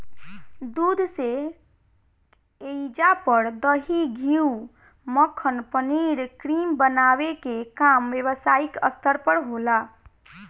दूध से ऐइजा पर दही, घीव, मक्खन, पनीर, क्रीम बनावे के काम व्यवसायिक स्तर पर होला